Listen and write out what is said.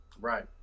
Right